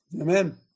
Amen